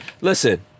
Listen